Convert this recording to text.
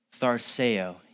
Tharseo